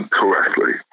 correctly